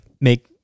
make